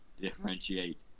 Differentiate